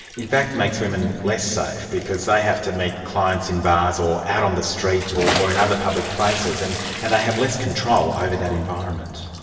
in fact makes women less safe, because they have to meet clients in bars or out on the street, or in other public places, and and they have less control over that environment.